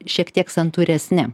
šiek tiek santūresni